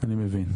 אני מבין.